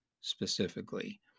specifically